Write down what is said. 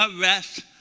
arrest